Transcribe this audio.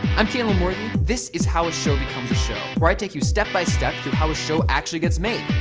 i'm calum worthy. this is how a show becomes a show, where i take you step by step through how a show actually gets made.